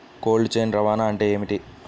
Cold chain రవాణా అంటే ఏమిటీ?